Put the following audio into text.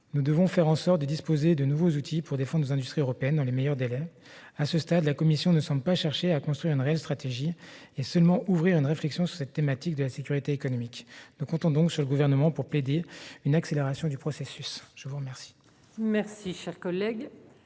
Nous devons faire en sorte de disposer de nouveaux outils pour défendre nos industries européennes dans les meilleurs délais. À ce stade, la Commission européenne semble chercher non pas à construire une réelle stratégie, mais seulement à ouvrir une réflexion sur la thématique de la sécurité économique. Nous comptons donc sur le Gouvernement pour plaider en faveur d'une accélération du processus. La parole est à M. Jean-Yves Leconte.